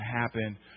happen